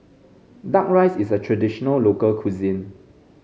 duck rice is a traditional local cuisine